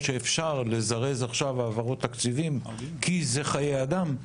שאפשר לזרז עכשיו העברות תקציבים כי זה חיי אדם,